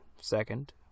second